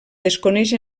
desconeix